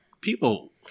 people